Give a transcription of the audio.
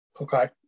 Okay